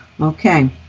okay